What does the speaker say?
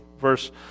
verse